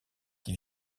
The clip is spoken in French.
qui